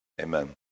Amen